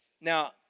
Now